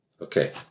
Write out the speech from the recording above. Okay